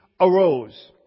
arose